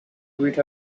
with